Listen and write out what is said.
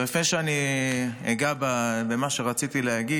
לפני שאני אגע במה שרציתי להגיד,